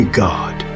god